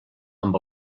amb